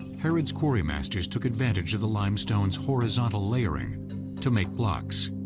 herod's quarrymasters took advantage of the limestone's horizontal layering to make blocks.